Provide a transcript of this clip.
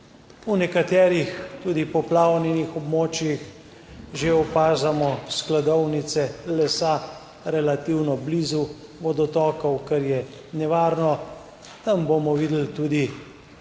V nekaterih tudi poplavljenih območjih že opažamo skladovnice lesa relativno blizu vodotokov, kar je nevarno. Tam bomo videli tudi bale